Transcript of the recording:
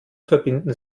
verbinden